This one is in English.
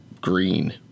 green